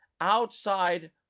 outside